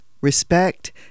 respect